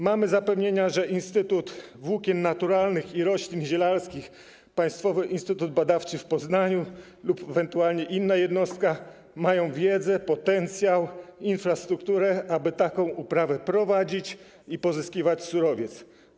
Mamy zapewnienia, że Instytut Włókien Naturalnych i Roślin Zielarskich Państwowy Instytut Badawczy w Poznaniu lub ewentualnie inna jednostka mają wiedzę, potencjał i infrastrukturę, aby taką uprawę prowadzić i pozyskiwać surowiec.